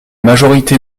majorité